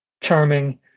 charming